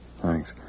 Thanks